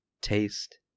taste